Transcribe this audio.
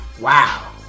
Wow